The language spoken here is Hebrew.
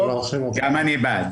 גם אני בעד.